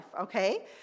okay